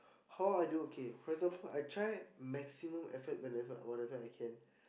how I do K for example I try maximum effort whenever whatever I can